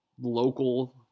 local